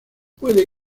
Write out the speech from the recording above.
puede